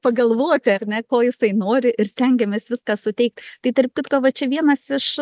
pagalvoti ar ne ko jisai nori ir stengiamės viską suteikt tai tarp kitko va čia vienas iš